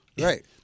Right